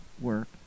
work